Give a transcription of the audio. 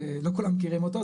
ולא כולם מכירים אותו,